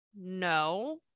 no